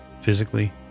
physically